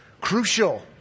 crucial